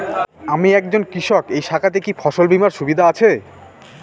আমি একজন কৃষক এই শাখাতে কি ফসল বীমার সুবিধা আছে?